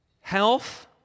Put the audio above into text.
health